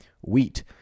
wheat